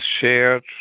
shared